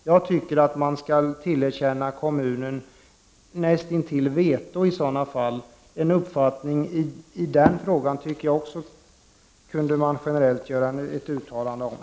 Jag tycker att man bör tillerkänna kommunen näst intill veto i sådana fall. Också i den frågan tycker jag att man bör kunna göra ett generellt uttalande om sin uppfattning.